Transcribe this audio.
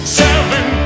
seven